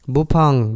Bupang